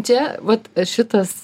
čia vat šitas